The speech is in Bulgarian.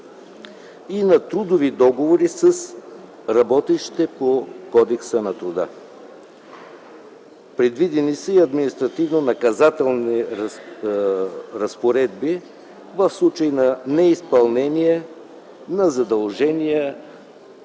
и на трудови договори с работещите по Кодекса на труда. Предвидени са и административно-наказателни разпоредби в случай на неизпълнение на задължения